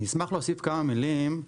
אני אשמח להוסיף כמה מילים.